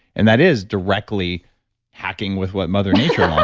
and that is directly hacking with what mother nature